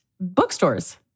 bookstores